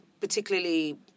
particularly